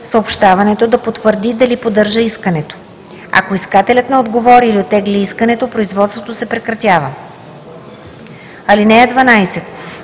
съобщаването да потвърди дали поддържа искането. Ако искателят не отговори или оттегли искането, производството се прекратява. (12)